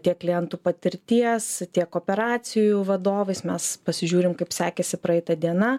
tiek klientų patirties tiek operacijų vadovais mes pasižiūrim kaip sekėsi praeita diena